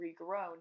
regrown